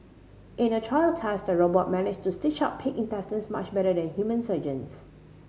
in a trial test the robot managed to stitch up pig intestines much better than human surgeons